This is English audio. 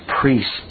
priests